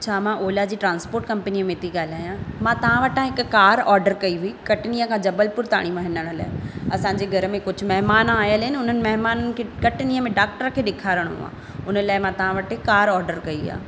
छा मां ओला जी ट्रांसपोर्ट कंपनी में थी ॻाल्हायां मां तव्हां वटां हिकु कार ऑडर कई हुई कटनीअ खां जबलपुर ताईं हिन महिल असांजे घर में कुझु महिमान आयल आहिनि उन्हनि महिमाननि खे कटनीअ में डॉक्टर खे ॾेखारिणो आहे उन लाइ मां तव्हां वटि कार ऑडर कई आहे